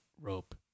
rope